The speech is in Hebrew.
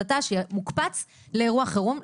שמוקפץ לאירוע חירום.